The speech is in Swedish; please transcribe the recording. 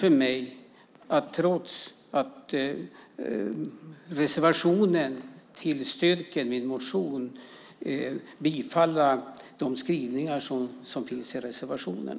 Trots att man i reservationen tillstyrker min motion är det inte möjligt för mig att bifalla de skrivningar som finns i reservationen.